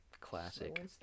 classic